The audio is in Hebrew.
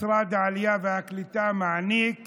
משרד העלייה והקליטה מעניק